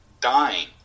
dying